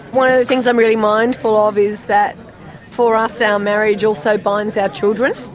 one of the things i'm really mindful of is that for us our marriage also binds our children.